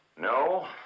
No